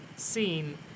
Seen